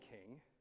king